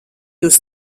jūs